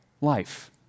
life